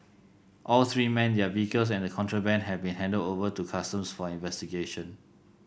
all three men their vehicles and the contraband have been handed over to Customs for investigation